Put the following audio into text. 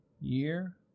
year